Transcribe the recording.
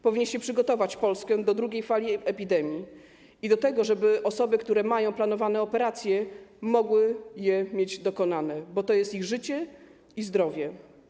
Powinniście przygotować Polskę do drugiej fali epidemii i do tego, żeby osoby, które mają planowane operacje, mogły je mieć dokonane, bo to jest kwestia ich życia i zdrowia.